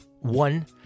one